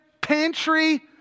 pantry